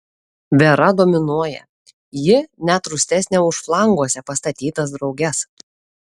vera dominuoja ji net rūstesnė už flanguose pastatytas drauges